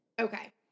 Okay